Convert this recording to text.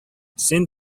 син